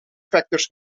factors